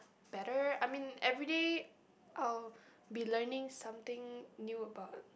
better I mean everyday I'll be learning something new about